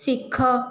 ଶିଖ